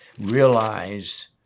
realize